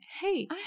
hey